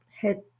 head